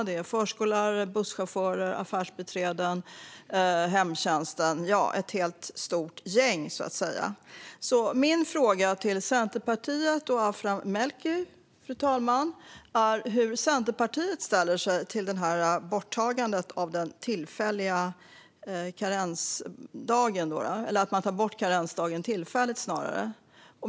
Det är förskollärare, busschaufförer, affärsbiträden och hemtjänstpersonal - ett stort gäng så att säga. Fru talman! Min fråga till Centerpartiet och Aphram Melki är hur Centerpartiet ställer sig till att man tillfälligt tar bort karensdagen.